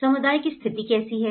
समुदाय की स्थिति कैसी है